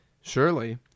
Surely